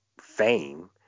fame